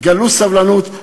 גלו סבלנות.